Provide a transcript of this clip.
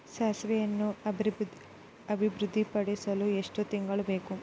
ಸಾಸಿವೆಯನ್ನು ಅಭಿವೃದ್ಧಿಪಡಿಸಲು ಎಷ್ಟು ತಿಂಗಳು ಬೇಕು?